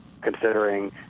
considering